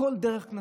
הכול דרך קנסות.